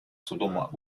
судом